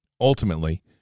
ultimately